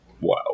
wow